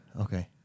Okay